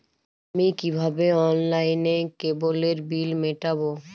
আমি কিভাবে অনলাইনে কেবলের বিল মেটাবো?